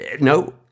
No